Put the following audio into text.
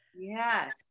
Yes